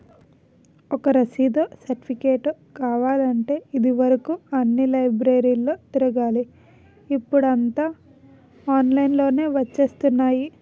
ఒక రసీదో, సెర్టిఫికేటో కావాలంటే ఇది వరుకు అన్ని లైబ్రరీలు తిరగాలి ఇప్పుడూ అంతా ఆన్లైన్ లోనే వచ్చేత్తున్నాయి